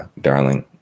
darling